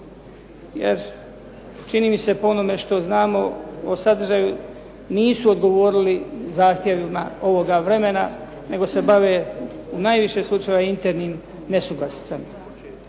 jer čini mi se, po onome što znamo o sadržaju, nisu odgovorili zahtjevima ovoga vremena nego se bave u najviše slučajeva internim nesuglasicama.